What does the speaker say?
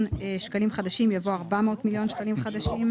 שקלים חדשים" יבוא "400 מיליון שקלים חדשים".